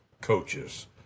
coaches